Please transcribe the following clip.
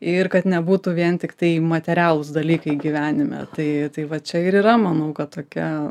ir kad nebūtų vien tiktai materialūs dalykai gyvenime tai tai va čia ir yra manau kad tokia